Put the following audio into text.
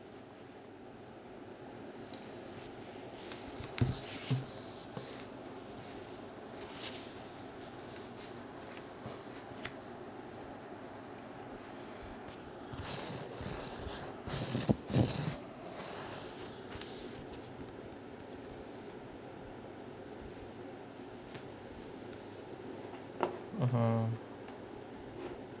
mmhmm